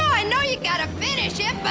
i know you got to finish it, but.